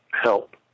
help